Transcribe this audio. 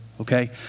Okay